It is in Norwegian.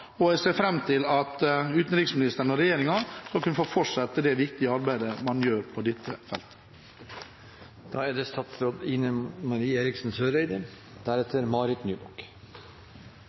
og jeg ser fram til at utenriksministeren og regjeringen skal kunne få fortsette det viktige arbeidet de gjør på dette feltet.